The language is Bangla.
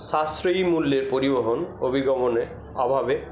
সাশ্রয়ী মূল্যের পরিবহন অভিগমনের অভাবে